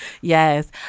yes